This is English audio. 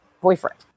boyfriend